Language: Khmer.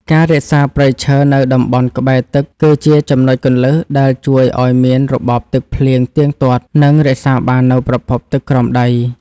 ការរក្សាព្រៃឈើនៅតំបន់ក្បែរទឹកគឺជាចំណុចគន្លឹះដែលជួយឱ្យមានរបបទឹកភ្លៀងទៀងទាត់ និងរក្សាបាននូវប្រភពទឹកក្រោមដី។